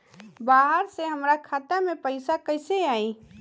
बाहर से हमरा खाता में पैसा कैसे आई?